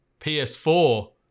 PS4